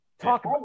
talk